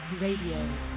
Radio